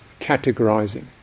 categorizing